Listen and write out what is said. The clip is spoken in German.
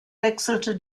wechselte